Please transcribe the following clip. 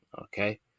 okay